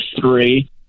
three